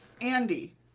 Andy